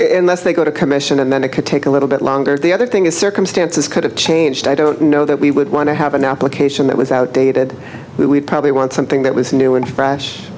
that's they got a commission and then it could take a little bit longer the other thing is circumstances could have changed i don't know that we would want to have an application that was outdated we probably want something that was new and fresh